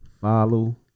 follow